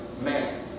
man